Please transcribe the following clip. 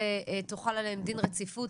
--- דין רציפות.